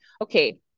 okay